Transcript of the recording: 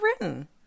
written